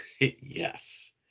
Yes